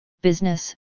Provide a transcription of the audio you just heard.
business